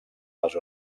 les